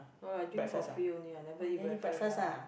no I drink coffee only I never eat breakfast ah